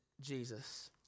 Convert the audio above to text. Jesus